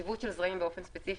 החשיבות של זרעים באופן ספציפי,